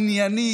עניינית,